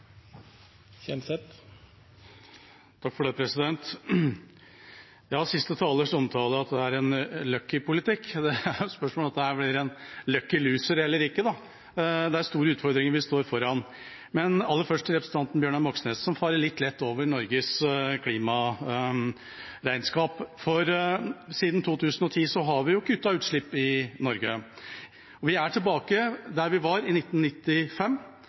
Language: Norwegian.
en «lucky»-politikk, er spørsmålet om dette blir en «lucky looser» eller ikke. Det er store utfordringer vi står foran. Men aller først til representanten Bjørnar Moxnes, som farer litt lett over Norges klimaregnskap. Siden 2010 har vi kuttet utslipp i Norge. Vi er tilbake der vi var i 1995.